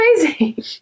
amazing